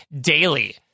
daily